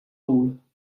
all